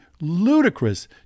ludicrous